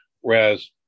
whereas